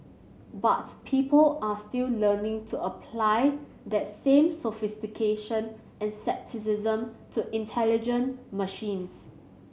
but people are still learning to apply that same sophistication and scepticism to intelligent machines